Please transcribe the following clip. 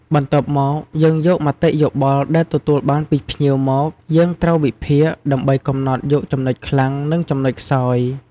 បន្ទាប់មកយើងយកមតិយោបល់ដែលទទួលបានពីភ្ញៀវមក យើងត្រូវវិភាគ ដើម្បីកំណត់យកចំណុចខ្លាំង និងចំណុចខ្សោយ។